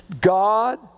God